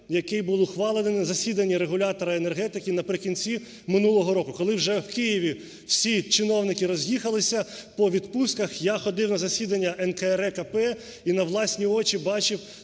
який був ухвалений на засіданні регулятора енергетики наприкінці минулого року, коли вже в Києві всі чиновники роз'їхалися по відпустках, я ходив на засідання НКРЕКП і на власні очі бачив